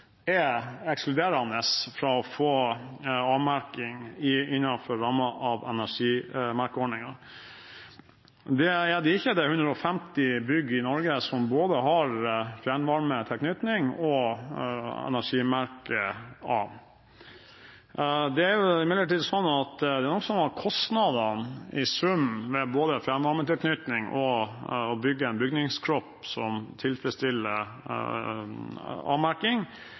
ekskluderende fra å få A-merking innenfor rammen av energimerkeordningen. Det er det ikke, det er 150 bygg i Norge som både har fjernvarmetilknytning og er energimerket A. Det er imidlertid sånn at kostnadene i sum, med både fjernvarmetilknytning og å bygge en bygningskropp som tilfredsstiller